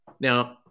Now